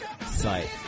site